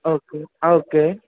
okay okay